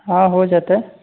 हँ हो जेतै